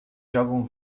jogam